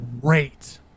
great